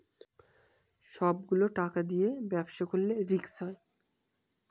সব গুলো টাকা দিয়ে ব্যবসা করলে রিস্ক হয়